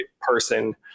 person